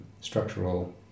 structural